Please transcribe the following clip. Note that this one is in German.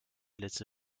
letzte